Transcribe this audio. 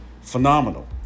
phenomenal